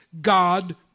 god